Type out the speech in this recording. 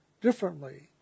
differently